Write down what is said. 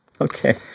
Okay